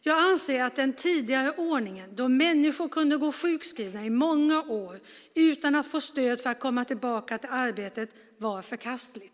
Jag anser att den tidigare ordningen, då människor kunde gå sjukskrivna i många år utan att få stöd för att komma tillbaka i arbete, var förkastlig.